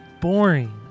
boring